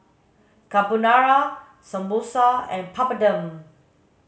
Carbonara Samosa and Papadum